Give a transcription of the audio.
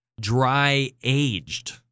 dry-aged